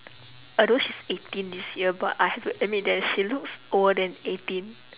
although she's eighteen this year but I have to admit that she looks older than eighteen